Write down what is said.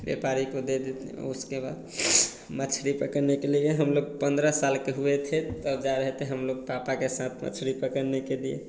व्यापारी को दे देते उसके बाद मछली पकड़ने के लिए हम लोग पंद्रह साल के हुए थे त जा रहे थे हम लोग पापा के साथ मछली पकड़ने के लिए